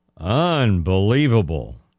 Unbelievable